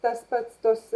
tas pats tos